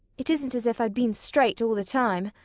it isn't as if i'd been straight all the time.